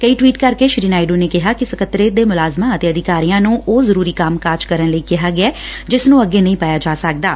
ਕਈ ਟਵੀਟ ਕਰਕੇ ਸ੍ਰੀ ਨਾਇਡੂ ਨੇ ਕਿਹਾ ਕਿ ਸਕੱਤਰੇਤ ਦੇ ਮੁਲਾਜ਼ਮਾ ਅਤੇ ਅਧਿਕਾਰੀਆ ਨੂੰ ਉਹ ਜ਼ਰਰੀ ਕੰਮ ਕਾਜ ਕਰਨ ਲਈ ਕਿਹਾ ਗਿਐ ਜਿਸ ਨੰ ਐਂਗੇ ਨਹੀਂ ਪਾਇਆ ਜਾ ਸਕਦੈ